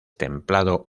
templado